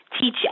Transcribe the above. teach